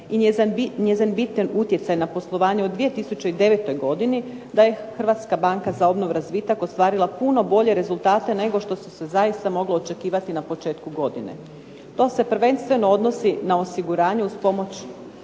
i njezin bitan utjecaj na poslovanje u 2009. godini daje Hrvatska banka za obnovu i razvitak ostvarila puno bolje rezultate, nego što se zaista moglo očekivati na početku godine. To se prvenstveno odnosi na osiguranje uz pomoć